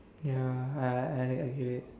ya I I I get it